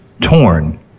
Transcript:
torn